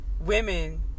women